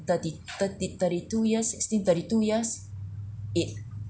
thirty thirty thirty-two years sixteen thirty-two years it